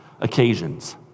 occasions